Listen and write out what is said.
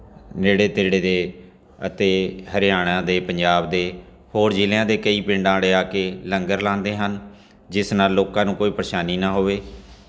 ਨੇੜੇ ਤੇੜੇ ਦੇ ਅਤੇ ਹਰਿਆਣਾ ਦੇ ਪੰਜਾਬ ਦੇ ਹੋਰ ਜਿਲ੍ਹਿਆਂ ਦੇ ਕਈ ਪਿੰਡਾਂ ਵਾਲੇ ਆ ਕੇ ਲੰਗਰ ਲਾਉਂਦੇ ਹਨ ਜਿਸ ਨਾਲ ਲੋਕਾਂ ਨੂੰ ਕੋਈ ਪਰੇਸ਼ਾਨੀ ਨਾ ਹੋਵੇ